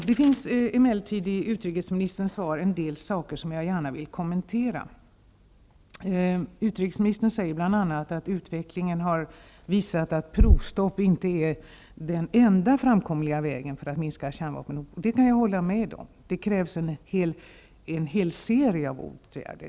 Det finns emellertid i utrikesministerns svar en del saker som jag gärna vill kommentera. Utrikesministern säger bl.a. att utvecklingen har visat att provstopp inte är den enda framkomliga vägen för att minska kärnvapenhotet. Det kan jag hålla med om. Det krävs en hel serie av åtgärder.